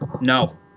No